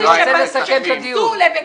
אני רוצה לסכם את הדיון.